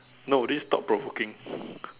no this is thought provoking